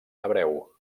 hebreu